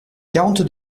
quarante